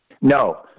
No